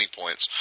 points